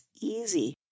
easy